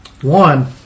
One